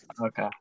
Okay